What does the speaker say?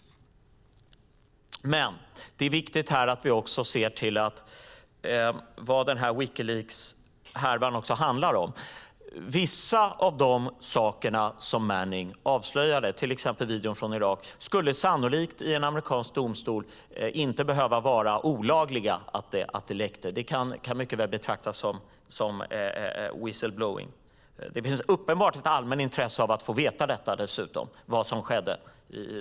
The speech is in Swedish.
Det är viktigt att vi ser vad Wikileakshärvan handlar om. Vissa av de saker som Manning avslöjade, till exempel videon från Irak, skulle sannolikt i en amerikansk domstol inte behöva vara olagliga läckor. Det skulle mycket väl kunna betraktas som whistleblowing. Det finns dessutom ett uppenbart intresse att få veta vad som skedde vid de olika incidenterna.